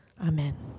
Amen